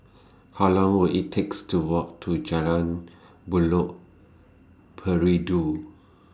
How Long Will IT takes to Walk to Jalan Buloh Perindu